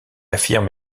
affirme